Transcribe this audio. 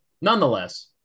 nonetheless